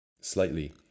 slightly